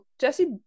Jesse